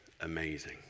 amazing